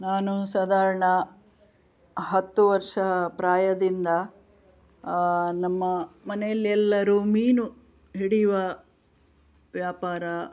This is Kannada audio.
ನಾನು ಸಾಧಾರಣ ಹತ್ತು ವರ್ಷ ಪ್ರಾಯದಿಂದ ನಮ್ಮ ಮನೆಯಲ್ಲೆಲ್ಲರೂ ಮೀನು ಹಿಡಿಯುವ ವ್ಯಾಪಾರ